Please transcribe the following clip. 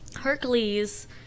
Hercules